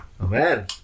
Amen